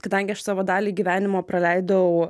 kadangi aš savo dalį gyvenimo praleidau